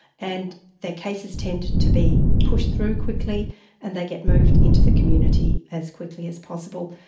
and their cases tend to be pushed through quickly and they get moved into the community as quickly as possible.